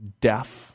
deaf